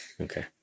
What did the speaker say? Okay